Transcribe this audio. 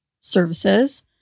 services